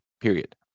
period